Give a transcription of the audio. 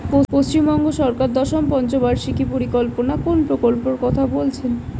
পশ্চিমবঙ্গ সরকার দশম পঞ্চ বার্ষিক পরিকল্পনা কোন প্রকল্প কথা বলেছেন?